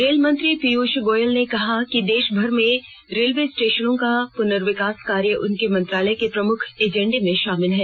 rail मंत्री पीयूष गोयल ने कहा कि देश भर के रेलवे स्टेशनों का पुनर्विकास कार्य उनके मंत्रालय के प्रमुख एजेंडे में शामिल है